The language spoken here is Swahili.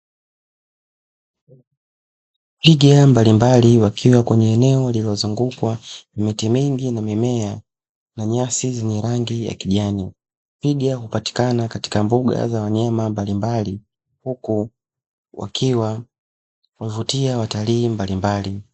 Twiga mbalimbali wakiwa kwenye eneo lililozungukwa miti mingi na mimea na nyasi zenye rangi ya kijani, twiga hupatikana katika mbuga za wanyama mbalimbali uku wakiwa huvutia watalii mbalimbali.